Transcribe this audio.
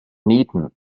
nieten